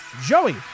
Joey